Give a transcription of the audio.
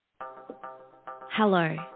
Hello